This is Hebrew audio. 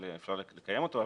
אפשר לקיים אותו,